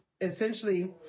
essentially—